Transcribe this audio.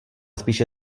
spíše